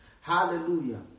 hallelujah